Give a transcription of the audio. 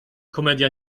komedia